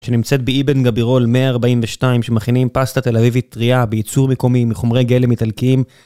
שנמצאת באיבן גבירול 142 שמכינים פסטה תל אביבית טריה בייצור מקומי מחומרי גלם איטלקיים.